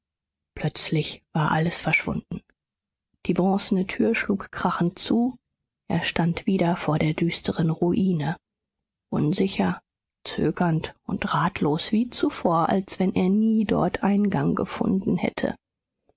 plötzlich war alles verschwunden die bronzene tür schlug krachend zu er stand wieder vor der düsteren ruine unsicher zögernd und ratlos wie zuvor als wenn er nie dort eingang gefunden hätte